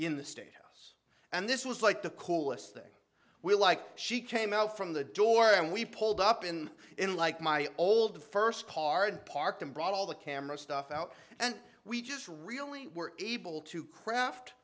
in the state house and this was like the coolest thing we're like she came out from the door and we pulled up in in like my old first card parked and brought all the camera stuff out and we just really were able to craft